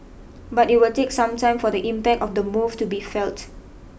but it will take some time for the impact of the move to be felt